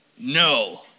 no